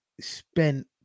spent